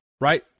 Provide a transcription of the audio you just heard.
right